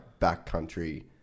backcountry